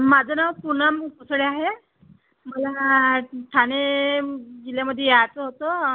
माझं नाव पूनम कुसळ आहे मला ठाणे जिल्ह्यामध्ये यायचं होतं